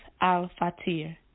al-fatir